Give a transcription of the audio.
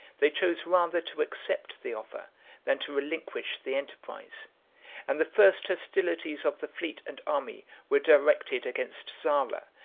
they chose rather to accept the offer than to relinquish the enterprise and the first hostilities of the fleet and army were directed against zara,